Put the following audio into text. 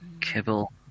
Kibble